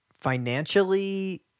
financially